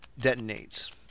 detonates